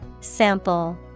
Sample